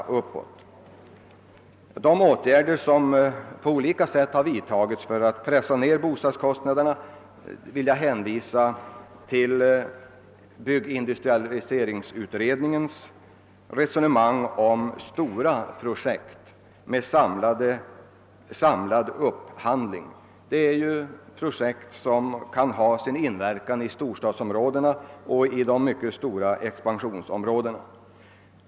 Beträffande de åtgärder som på olika sätt har vidtagits för att sänka dessa vill jag hänvisa till byggindustrialiseringsutredningens resonemang om stora projekt med samlad upphandling. Sådana projekt kan betyda en del i storstadsområdena och de mycket stora expansionsområdena.